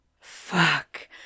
Fuck